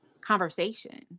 conversation